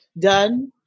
done